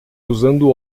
usando